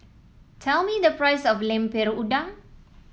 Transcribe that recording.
tell me the price of Lemper Udang